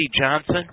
Johnson